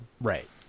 right